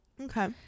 Okay